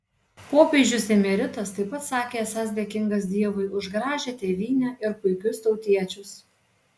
popiežius emeritas taip pat sakė esąs dėkingas dievui už gražią tėvynę ir puikius tautiečius